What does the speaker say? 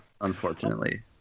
Unfortunately